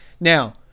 Now